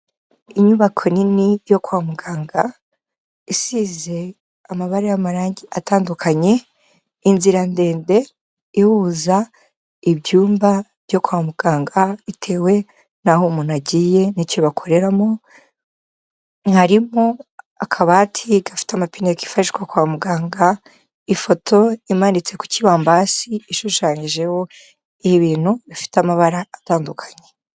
Inyubako nini yo kwa muganga isize amabara y'amarangi atandukanye, inzira ndende ihuza ibyumba byo kwa muganga bitewe n'aho umuntu agiye n'icyo bakoreramo, harimo akabati gafite amapine kifashishwa kwa muganga, ifoto imanitse ku kibambasi ishushanyijeho ibintu bifite amabara atandukanye.